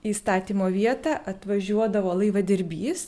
į statymo vietą atvažiuodavo laivadirbys